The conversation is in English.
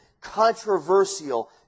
controversial